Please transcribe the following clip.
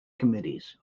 committees